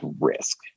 risk